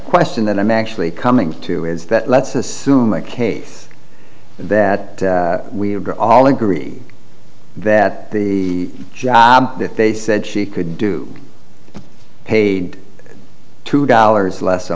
question that i'm actually coming to is that let's assume a case that we all agreed that the job that they said she could do paid two dollars less a